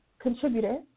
contributor